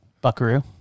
Buckaroo